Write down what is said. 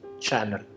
channel